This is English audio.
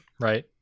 Right